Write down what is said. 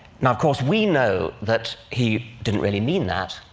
now of course, we know that he didn't really mean that,